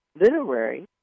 literary